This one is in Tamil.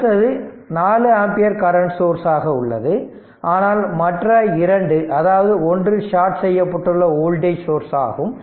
அடுத்தது 4 ஆம்பியர் கரெண்ட் சோர்ஸ் ஆக உள்ளது ஆனால் மற்ற 2 அதாவது ஒன்று ஷாட் செய்யப்பட்டுள்ள வோல்டேஜ் சோர்ஸ் ஆகும்